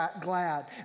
glad